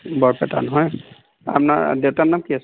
বৰপেটা নহয় আপোনাৰ দেউতাৰ নাম কি আছিল